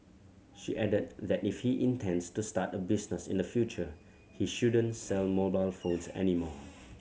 she added that if he intends to start a business in the future he shouldn't sell mobile phones any more